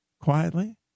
quietly